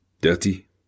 Dirty